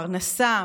פרנסה,